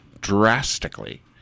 drastically